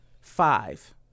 Five